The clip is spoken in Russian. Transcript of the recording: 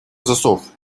засов